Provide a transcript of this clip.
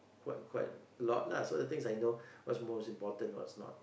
quite quite a lot lah so most the things I know what is important what is not